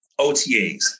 OTAs